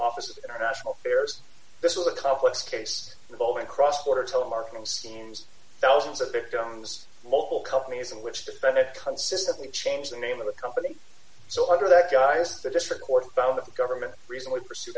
office of international affairs this was a complex case involving cross border telemarketing seems thousands of victims local companies in which to spend it consistently change the name of the company so under that guys the district court found that the government recently pursue